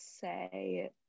say